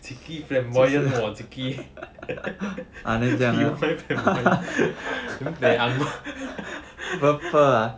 cheeky flamboyant more cheeky angmoh